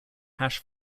hash